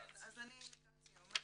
אני לקראת סיום.